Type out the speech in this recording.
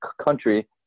country